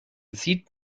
sieht